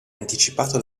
anticipato